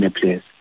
players